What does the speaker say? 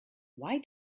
why